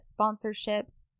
sponsorships